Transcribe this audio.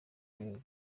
werurwe